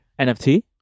NFT